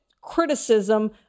criticism